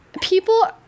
people